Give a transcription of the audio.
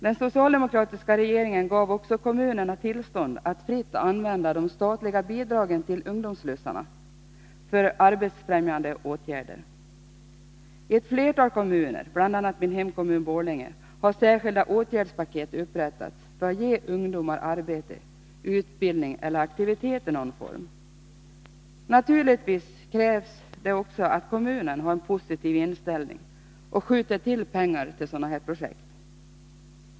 Den socialdemokratiska regeringen gav också kommunerna tillstånd att fritt använda de statliga bidragen till ungdomsslussarna för arbetsbefrämjande åtgärder. I ett flertal kommuner, bl.a. min hemkommun Borlänge, har särskilda åtgärdspaket utformats för att ge ungdomar arbete, utbildning eller aktivitet i någon form. Naturligtvis kräver det också att kommunen har en positiv inställning och skjuter till pengar till sådana projekt.